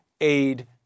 aid